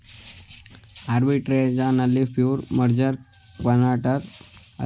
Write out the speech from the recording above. arbitrage ನಲ್ಲಿ pure, merger, converter arbitrage ಎಂಬ ವಿಧಗಳಿವೆ